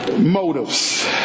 Motives